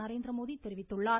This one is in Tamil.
நரேந்திரமோடி தெரிவித்துள்ளார்